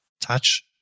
touch